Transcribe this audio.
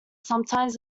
sometimes